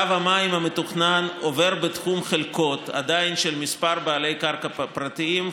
קו המים המתוכנן עדיין עובר בתחום חלקות של כמה בעלי קרקע פרטיים,